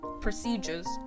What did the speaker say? Procedures